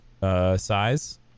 size